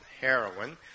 heroin